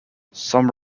some